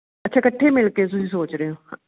ਅੱਛਾ ਇਕੱਠੇ ਮਿਲ ਕੇ ਤੁਸੀਂ ਸੋਚ ਰਹੇ ਹੋ